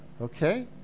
Okay